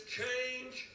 change